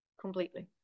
Completely